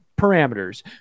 parameters